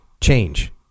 Change